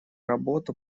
работу